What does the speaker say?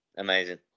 Amazing